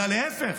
אלא להפך,